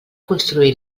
construir